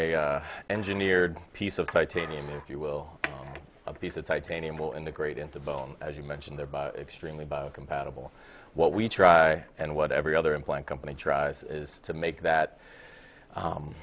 a engineered piece of titanium if you will of these that titanium will integrate into bone as you mentioned thereby extremely biocompatible what we try and what every other implant company tries to make that